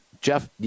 Jeff